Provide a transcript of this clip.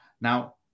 Now